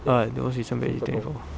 ah the most recent batch they did twenty four